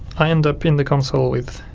i end up in the console with